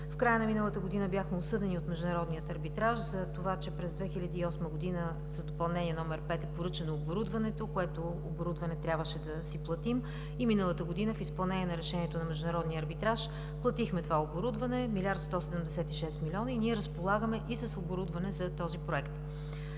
В края на миналата година бяхме осъдени от Международния арбитраж за това, че през 2008 г. с Допълнение № 5 е поръчано оборудването, което трябваше да си платим. Миналата година в изпълнение на решението на Международния арбитраж платихме това оборудване – 1 млрд. 176 млн. лв. и ние разполагаме с оборудване за този Проект.